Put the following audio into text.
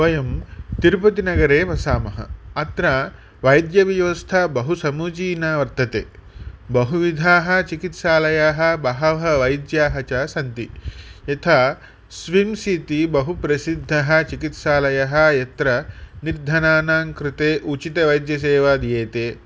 वयं तिरुपतिनगरे वसामः अत्र वैद्यव्यवस्था बहु समीचीना वर्तते बहुविधाः चिकित्सालयाः बहवः वैद्याः च सन्ति यथा स्विम्स् इति बहु प्रसिद्धः चिकित्सालयः यत्र निर्धनानां कृते उचितवैद्यसेवा दीयते